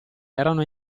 erano